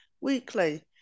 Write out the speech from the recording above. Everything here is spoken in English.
weekly